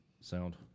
sound